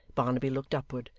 barnaby looked upward,